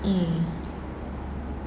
um